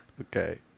Okay